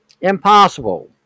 Impossible